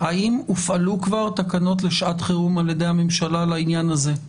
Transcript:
האם הופעלו כבר תקנות לשעת חירום על ידי הממשלה לעניין הזה?